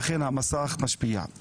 אכן המסך משפיע.